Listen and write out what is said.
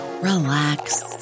relax